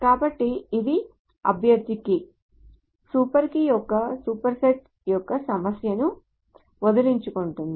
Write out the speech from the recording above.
కాబట్టి ఇది అభ్యర్థి కీ సూపర్ కీ యొక్క సూపర్ సెట్ యొక్క సమస్యను వదిలించుకుంటుంది